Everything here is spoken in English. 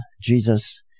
Jesus